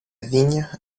vigne